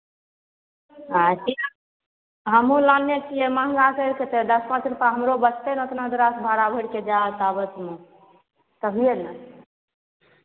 हँ ठीक हमहूँ लालने छियै महङ्गा करि कऽ तऽ दस पाँच रुपैआ हमरो बचतै ने उतना दूराके भाड़ा भरि कऽ जाइत आबैतमे तभिए ने